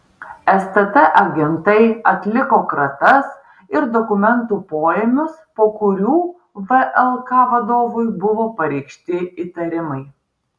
stt agentai atliko kratas ir dokumentų poėmius po kurių vlk vadovui buvo pareikšti įtarimai